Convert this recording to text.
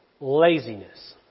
Laziness